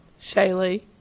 Shaylee